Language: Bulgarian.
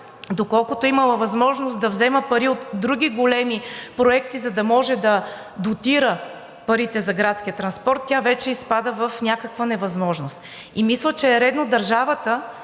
доколкото е имала възможност да взема пари от други големи проекти, за да може да дотира парите за градския транспорт, тя вече изпада в някаква невъзможност. И мисля, че е редно държавата